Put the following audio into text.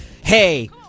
Hey